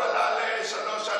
הוא עלה ל-3.3,